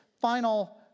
final